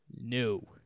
No